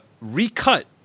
recut